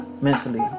mentally